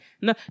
no